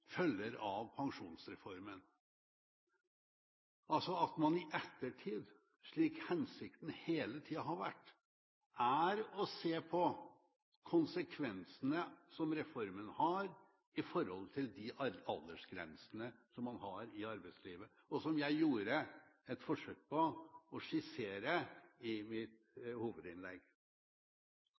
følger av pensjonsreformen, altså at man i ettertid – slik hensikten hele tida har vært – kan se konsekvensene som reformen har i forhold til de aldersgrensene man har i arbeidslivet, noe jeg gjorde et forsøk på å skissere i mitt hovedinnlegg.